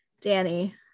danny